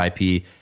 IP